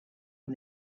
eux